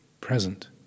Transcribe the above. present